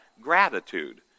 gratitude